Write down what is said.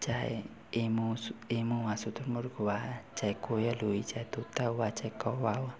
चहे emu emu व शुतुरमुर्ग़ हुआ है चहे कोयल हुई चहे तोता हुआ चहे कौआ हुआ